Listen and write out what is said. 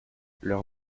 leurs